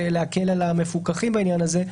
זה להקל על המפוקחים בעניין הזה,